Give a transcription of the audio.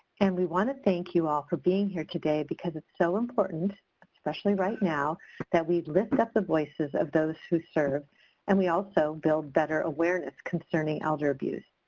and we want to thank you all for being here today because it's so important especially right now that we lift up the voices of those who serve and we also build better awareness concerning elder abuse.